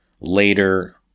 Later